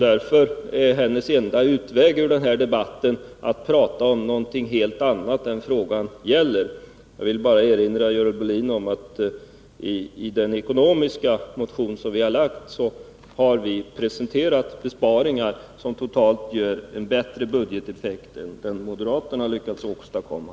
Därför är hennes enda utväg ur den här debatten att prata om någonting helt annat än vad frågan gäller. Jag vill bara erinra Görel Bohlin om att vi i vår ekonomiska motion har presenterat besparingar som totalt ger en bättre budgeteffekt än den moderaterna lyckats åstadkomma.